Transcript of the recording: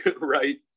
right